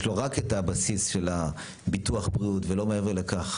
יש לו רק את הבסיס של ביטוח בריאות ולא מעבר לכך,